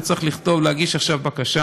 הוא צריך להגיש עכשיו בקשה